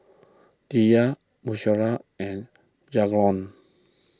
Diya Drusilla and Jalon